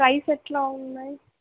price ఎట్లా ఉన్నాయి